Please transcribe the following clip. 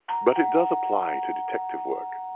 but it does apply to detective work.